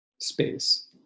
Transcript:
space